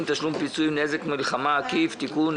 (תשלום פיצויים) (נזק מלחמה עקיף) (תיקון),